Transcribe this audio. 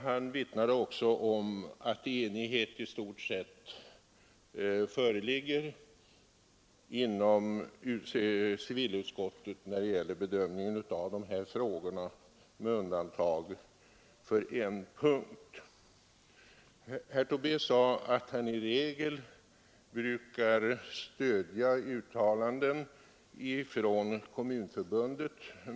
Han vittnade också om att enighet i stort sett föreligger inom civilutskottet när det gäller bedömningen av dessa frågor med undantag för en punkt. Herr Tobé framhöll att han i regel brukar stödja uttalanden från Kommunförbundet.